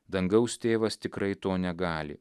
dangaus tėvas tikrai to negali